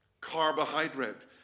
carbohydrate